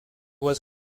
was